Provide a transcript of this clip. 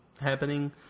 happening